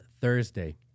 Thursday